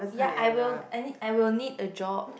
ya I will I need I will need a job